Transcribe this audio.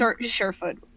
Surefoot